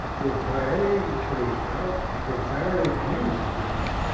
would play, scrooge felt, the very deuce with him.